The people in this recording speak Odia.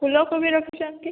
ଫୁଲକୋବି ରଖିଛନ୍ତି